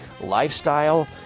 lifestyle